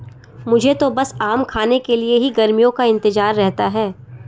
मुझे तो बस आम खाने के लिए ही गर्मियों का इंतजार रहता है